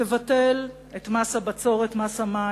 תבטל את מס הבצורת, מס המים.